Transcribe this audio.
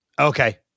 Okay